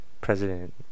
president